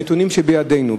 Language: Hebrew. הנתונים שבידינו,